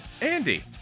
Andy